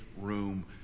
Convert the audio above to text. room